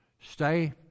Stay